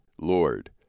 Lord